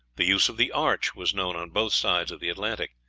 the use of the arch was known on both sides of the atlantic.